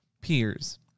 Peers